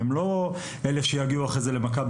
הם לא אלה שיגיעו אחר כך ל"מכבי",